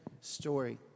story